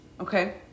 Okay